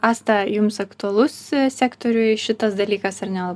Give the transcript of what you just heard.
asta jums aktualus sektoriui šitas dalykas ar nelabai